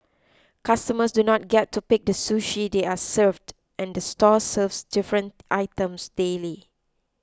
customers do not get to pick the sushi they are served and the store serves different items daily